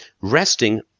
resting